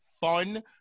fun